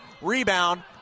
Rebound